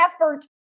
effort